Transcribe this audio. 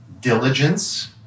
diligence